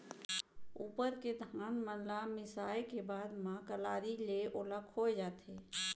उप्पर के धान मन ल मिसाय के बाद म कलारी ले ओला खोय जाथे